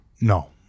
No